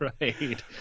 Right